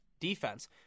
defense